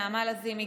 נעמה לזימי,